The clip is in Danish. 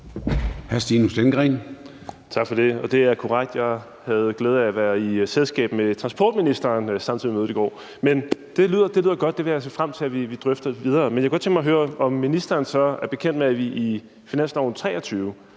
Stinus Lindgreen (RV): Tak for det. Det er korrekt; jeg havde glæden af at være i selskab med transportministeren, da der var møde i går. Men det lyder godt. Jeg vil se frem til, at vi drøfter det videre. Men jeg kunne godt tænke mig at høre, om ministeren så er bekendt med, at vi i finansloven